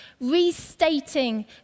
restating